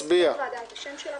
תקריא את שם הוועדה ואת הנציגים שלה.